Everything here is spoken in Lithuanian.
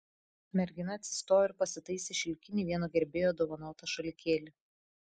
mergina atsistojo ir pasitaisė šilkinį vieno gerbėjo dovanotą šalikėlį